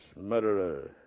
murderer